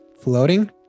floating